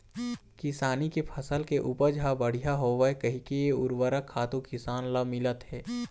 किसानी के फसल के उपज ह बड़िहा होवय कहिके उरवरक खातू किसान ल मिलत हे